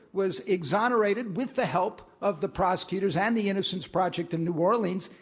was exonerated with the help of the prosecutors and the innocence project in new orleans.